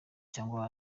cyangwa